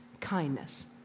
kindness